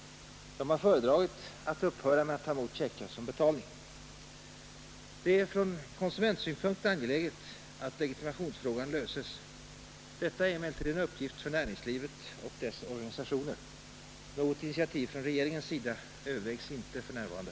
De har föredragit att upphöra med att ta emot checkar som betalning. Det är från konsumentsynpunkt angeläget att legitimationsfrågan löses. Detta är emellertid en uppgift för näringslivet och dess organisationer. Något initiativ från regeringens sida övervägs inte för närvarande.